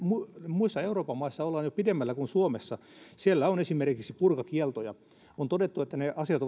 muissa euroopan maissa ollaan jo pidemmällä kuin suomessa siellä on esimerkiksi burkakieltoja on todettu että ne asiat